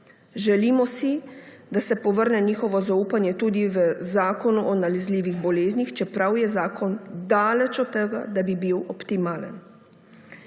Želimo si, da se povrne njihove zaupanje tudi v Zakon o nalezljivih boleznih, čeprav je zakon daleč od tega, da bi bil optimalen.